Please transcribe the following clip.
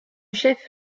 chef